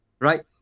right